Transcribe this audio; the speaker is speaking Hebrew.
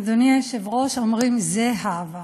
אדוני היושב-ראש, אומרים זֱהבה.